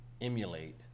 emulate